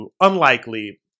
unlikely